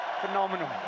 Phenomenal